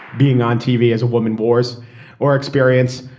being on tv as a woman, wars or experience?